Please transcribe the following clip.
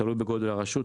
תלוי בגודל הרשות.